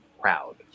proud